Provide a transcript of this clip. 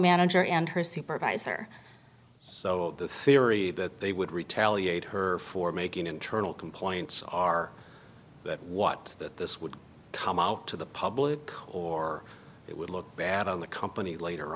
manager and her supervisor so the theory that they would retaliate her for making internal complaints or that what that this would come out to the public or it would look bad on the company later